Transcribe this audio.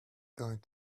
going